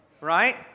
Right